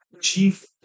Chief